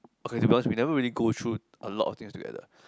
okay okay because we never really go through a lot of things together